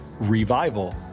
revival